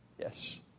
Yes